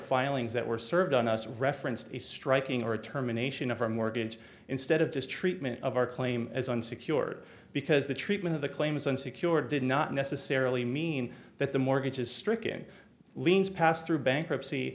filings that were served on us referenced a striking or a terminations of our mortgage instead of this treatment of our claim as unsecured because the treatment of the claims unsecured did not necessarily mean that the mortgages stricken liens passed through bankruptcy